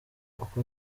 uko